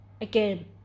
Again